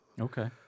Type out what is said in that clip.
Okay